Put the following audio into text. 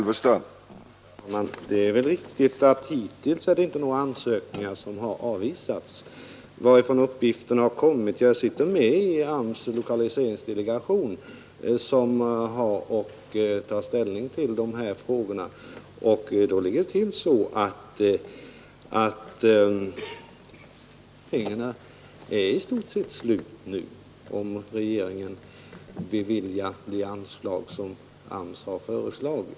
Herr talman! Det är riktigt att inga ansökningar hittills har avvisats. Inrikesministern undrade varifrån jag fått mina uppgifter. Jag sitter med i AMS:s lokaliseringsdelegation, som har att ta ställning till dessa frågor. Det ligger faktiskt så till att pengarna i stort sett är slut, om regeringen beviljar de anslag som AMS har föreslagit.